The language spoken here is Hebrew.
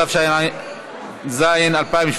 התשע''ז 2017,